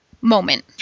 moment